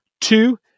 Two